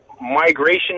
migration